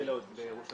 בירושלים, בלוד.